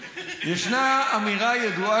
שבור,